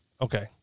okay